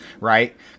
right